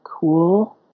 cool